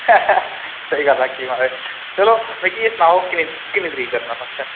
स्हेई गल्ल आक्खी मा राज चलो मिगी एह् सनाओ किन्नी किन्नी तरीक करना फंक्शन